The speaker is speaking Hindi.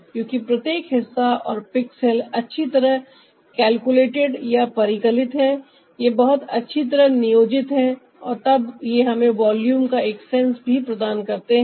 क्योंकि प्रत्येक हिस्सा और पिक्सेल अच्छी तरह calculated या परिकलित है ये बहुत अच्छी तरह नियोजित है और तब ये हमें वॉल्यूम का एक सेंस भी प्रदान करते हैं